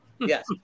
Yes